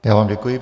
Já vám děkuji.